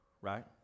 right